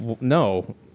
no